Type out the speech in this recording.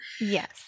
Yes